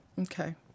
Okay